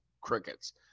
Crickets